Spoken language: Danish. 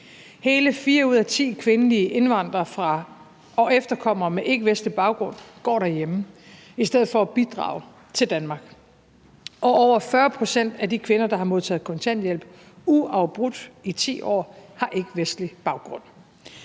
Hele fire ud af ti kvindelige indvandrere og efterkommere med ikkevestlig baggrund går derhjemme i stedet for at bidrage til Danmark, og over 40 pct. af de kvinder, der har modtaget kontanthjælp uafbrudt i 10 år, har ikkevestlig baggrund.